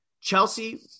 Chelsea